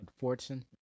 Fortson